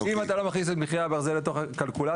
אם אתה לא מכניס את מחירי הברזל לתוך הקלקולציה